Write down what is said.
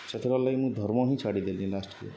ସେଥରଲାଗି ମୁଇଁ ଧର୍ମ ହିଁ ଛାଡ଼ିଦେଲି ଲାଷ୍ଟ୍କେ